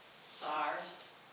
SARS